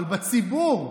אבל בציבור?